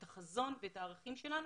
את החזון ואת הערכים שלנו.